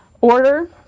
order